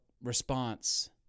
response